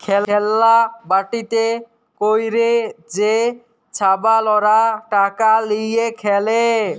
খেল্লা বাটিতে ক্যইরে যে ছাবালরা টাকা লিঁয়ে খেলে